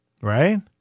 Right